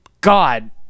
God